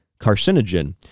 carcinogen